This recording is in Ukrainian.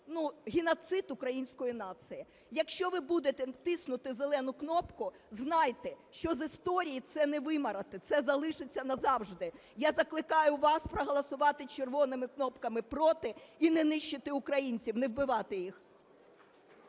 геноцид української нації. Якщо ви будете тиснути зелену кнопку, знайте, що з історії це не вимарати, це залишиться назавжди. Я закликаю вас проголосувати вас червоними кнопками "проти" і не нищити українців, не вбивати їх.